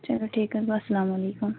چَلو ٹھیٖک حظ بس اَسلامُ عَلیکُم